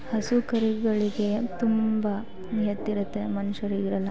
ಹಸು ಕರುಗಳಿಗೆ ತುಂಬ ನಿಯತ್ತಿರುತ್ತೆ ಮನುಷ್ಯರಿಗಿರಲ್ಲ